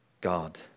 God